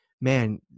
man